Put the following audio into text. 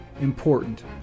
important